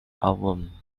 album